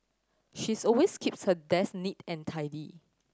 she's always keeps her desk neat and tidy